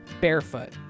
Barefoot